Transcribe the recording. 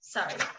Sorry